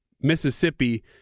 Mississippi